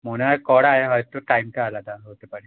মনে হয় করায় হয়তো টাইমটা আলাদা হতে পারে